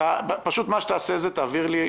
תעביר לי,